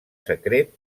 secret